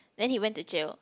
then he went to jail